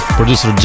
producer